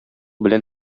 белән